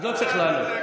לא צריך לענות.